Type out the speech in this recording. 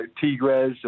Tigres